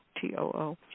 T-O-O